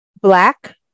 black